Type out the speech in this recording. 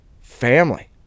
family